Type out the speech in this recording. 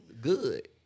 Good